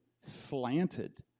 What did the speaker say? slanted